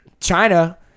China